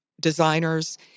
designers